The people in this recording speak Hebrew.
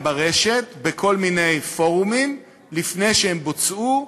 ברשת בכל מיני פורומים לפני שהם בוצעו,